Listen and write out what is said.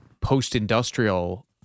post-industrial